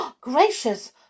Gracious